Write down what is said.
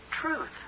truth